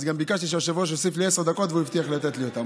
אז גם ביקשתי שהיושב-ראש יוסיף לי עשר דקות והוא הבטיח לתת לי אותן,